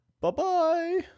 Bye-bye